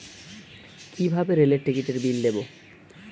কিভাবে রেলের টিকিটের বিল দেবো?